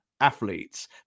athletes